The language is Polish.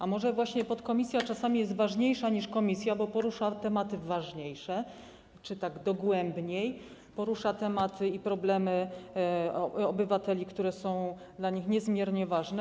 A może właśnie podkomisja czasami jest ważniejsza niż komisja, bo porusza tematy ważniejsze czy tak dogłębniej porusza tematy i problemy obywateli, które są dla nich niezmiernie ważne.